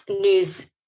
news